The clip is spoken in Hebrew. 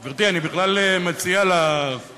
גברתי, אני בכלל מציע לקואליציה,